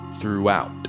throughout